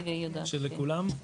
אוקיי.